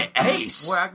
ace